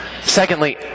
Secondly